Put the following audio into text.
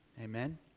Amen